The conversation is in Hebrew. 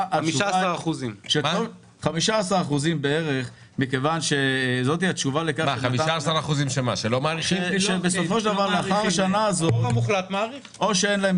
15%. כ-15% שלאחר השנה הזו או אין להם